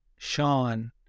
Sean